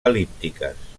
el·líptiques